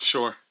Sure